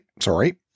Sorry